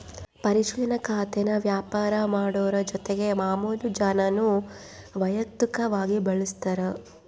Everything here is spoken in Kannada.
ಪರಿಶಿಲನಾ ಖಾತೇನಾ ವ್ಯಾಪಾರ ಮಾಡೋರು ಜೊತಿಗೆ ಮಾಮುಲು ಜನಾನೂ ವೈಯಕ್ತಕವಾಗಿ ಬಳುಸ್ತಾರ